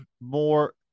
more